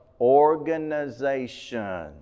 organization